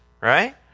right